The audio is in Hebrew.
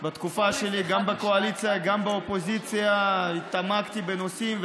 בתקופה שלי גם בקואליציה וגם באופוזיציה התעמקתי בנושאים,